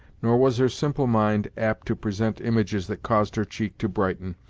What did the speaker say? nor was her simple mind apt to present images that caused her cheek to brighten,